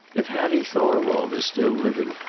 if hattie thorwald is still living,